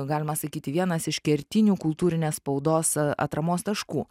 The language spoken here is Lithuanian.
galima sakyti vienas iš kertinių kultūrinės spaudos atramos taškų